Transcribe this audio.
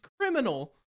criminal